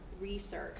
research